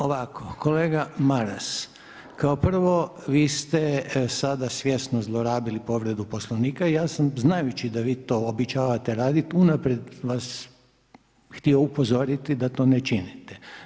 Ovako, kolega Maras, kao prvo vi ste sada svjesno zlorabili povredu Poslovnika i ja sam znajući da vi to običavate raditi unaprijed vas htio upozoriti da to ne činite.